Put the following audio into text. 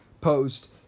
Post